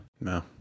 no